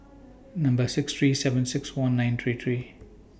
six three seven six one nine three three